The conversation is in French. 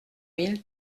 mille